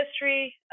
history